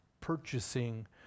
purchasing